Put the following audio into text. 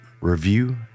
review